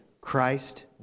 Christ